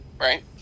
right